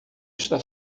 está